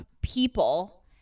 people